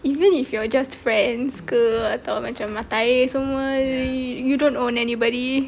even if you are just friends ke atau macam mata air semua you don't own anybody